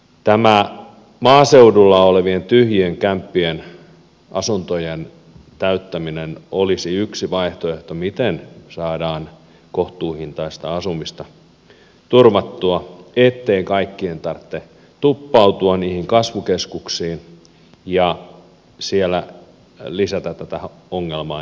tämä maaseudulla olevien tyhjien kämppien asuntojen täyttäminen olisi yksi vaihtoehto miten saadaan kohtuuhintaista asumista turvattua ettei kaikkien tarvitse tuppautua niihin kasvukeskuksiin ja siellä lisätä tätä ongelmaa entisestään